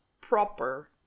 proper